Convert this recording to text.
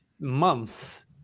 months